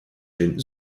den